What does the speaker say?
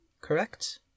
correct